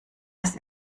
des